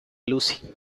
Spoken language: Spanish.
lucy